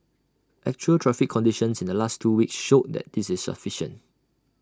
actual traffic conditions in the last two weeks showed that this is sufficient